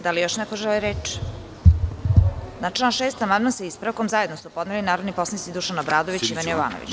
Da li još neko želi reč? (Ne) Na član 6. amandman, sa ispravkom, zajedno su podneli narodni poslanici Dušan Obradović i Ivan Jovanović.